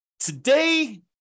Today